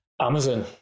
Amazon